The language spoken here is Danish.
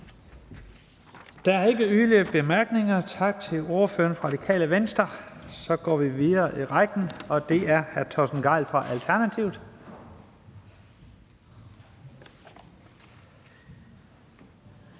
Der er ikke yderligere korte bemærkninger. Tak til ordføreren for Radikale Venstre. Så går vi videre i rækken til hr. Torsten Gejl fra Alternativet.